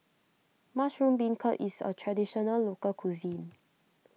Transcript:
Mushroom Beancurd is a Traditional Local Cuisine